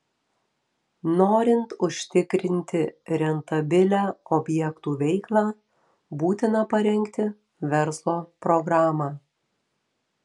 norint užtikrinti rentabilią objektų veiklą būtina parengti verslo programą